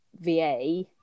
VA